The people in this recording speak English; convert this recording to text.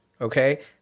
okay